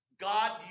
God